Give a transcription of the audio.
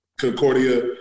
Concordia